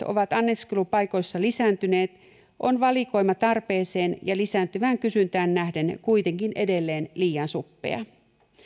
ovat anniskelupaikoissa lisääntyneet on valikoima tarpeeseen ja lisääntyvään kysyntään nähden kuitenkin edelleen liian suppea